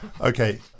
Okay